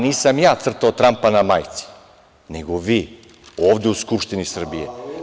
Nisam ja crtao Trampa na majici, nego vi ovde u Skupštini Srbije.